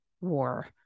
war